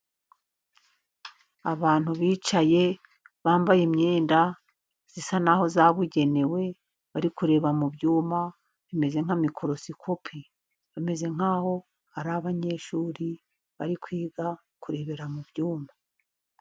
Abantu bicaye bambaye imyenda isa n'aho yabugenewe, bari kureba mu byuma bimeze nka mikorosikopi, bameze nk'aho ari abanyeshuri bari kwiga kurebera mu byuma.